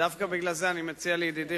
דווקא בגלל זה אני מציע לידידי,